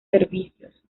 servicios